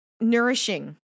nourishing